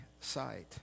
sight